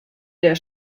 der